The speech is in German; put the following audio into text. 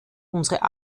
unsere